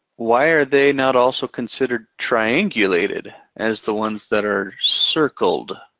why are they not also considered triangulated as the ones that are circled?